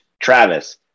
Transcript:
Travis